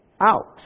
out